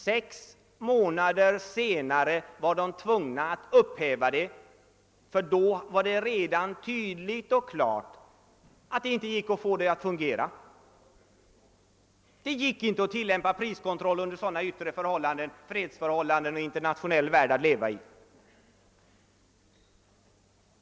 Sex må nader senare var de tvungna att upphäva denna, ty då var det redan tydligt och klart att det inte gick att få den att fungera; det var inte möjligt att tilllämpa en priskontroll i fredstid och med den internationella handel man hade.